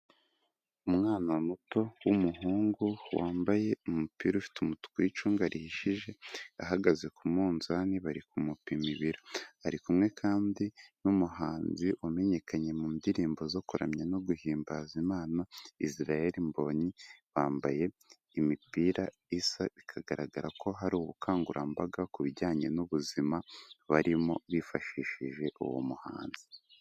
Umwana muto w'umuhungu wambaye umupira ufite umutuku w'icunga rihishije ahagaze ku munzani bari kumupima ibiro ari kumwe kandi n'umuhanzi wamenyekanye mu ndirimbo zo kuramya no guhimbaza imana israel mbonyi bambaye imipira isa bikagaragara ko hari ubukangurambaga ku bijyanye n'ubuzima barimo bifashishije uwo muhanzi.